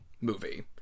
movie